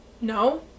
No